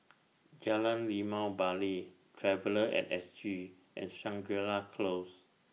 Jalan Limau Bali Traveller At S G and Shangri La Close